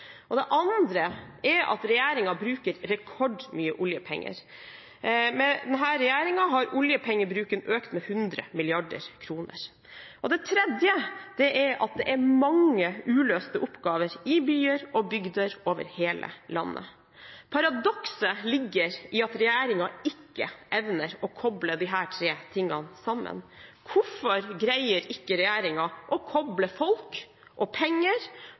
arbeid. Det andre er at regjeringen bruker rekordmye oljepenger. Med denne regjeringen har oljepengebruken økt med 100 mrd. kr. Det tredje er at det er mange uløste oppgaver i byer og bygder over hele landet. Paradokset ligger i at regjeringen ikke evner å koble disse tre tingene sammen. Hvorfor greier ikke regjeringen å koble folk og penger